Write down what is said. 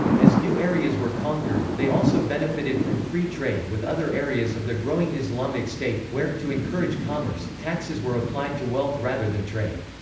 as new areas were conquered, they also benefited from free trade with other areas of the growing islamic state, where, to encourage commerce, taxes were applied to wealth rather than trade.